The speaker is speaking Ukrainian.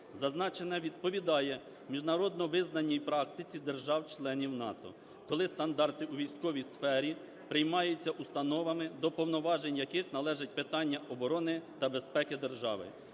Зазначене відповідає міжнародно визнаній практиці держав-членів НАТО, коли стандарти у військовій сфері приймаються установами до повноважень яких належить питання оборони та безпеки держави.